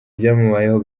byamubayeho